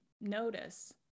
notice